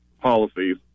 policies